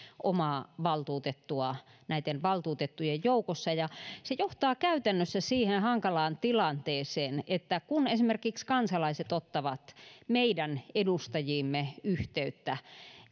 omaa valtuutettua näitten valtuutettujen joukossa se johtaa käytännössä siihen hankalaan tilanteeseen että esimerkiksi kun kansalaiset ottavat meidän edustajiimme yhteyttä